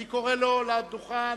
אני קורא לו לדוכן.